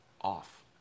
Off